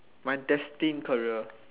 my destined career